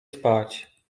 spać